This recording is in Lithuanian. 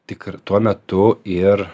tik ar tuo metu ir